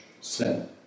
sin